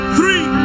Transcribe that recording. three